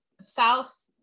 South